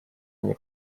мне